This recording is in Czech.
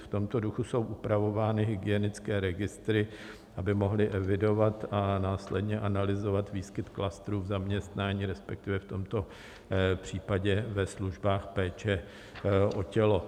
V tomto duchu jsou upravovány hygienické registry, aby mohly evidovat a následně analyzovat výskyt klastrů v zaměstnání, respektive v tomto případě ve službách péče o tělo.